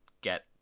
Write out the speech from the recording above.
get